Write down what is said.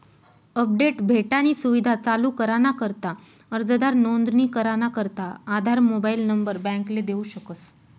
update भेटानी सुविधा चालू कराना करता अर्जदार नोंदणी कराना करता आधार मोबाईल नंबर बॅकले देऊ शकस